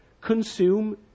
consume